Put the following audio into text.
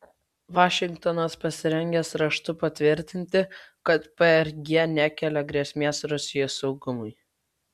vašingtonas pasirengęs raštu patvirtinti kad prg nekelia grėsmės rusijos saugumui